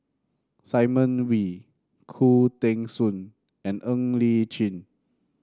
Simon Wee Khoo Teng Soon and Ng Li Chin